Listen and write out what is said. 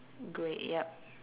grey yup